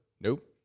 Nope